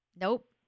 Nope